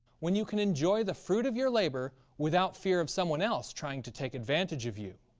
when you can enjoy the fruit of your labour without fear of someone else trying to take advantage of you